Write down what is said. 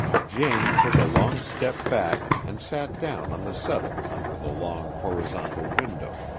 jane took a long step back and sat down on the settle under the long, horizontal window.